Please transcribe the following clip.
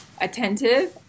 attentive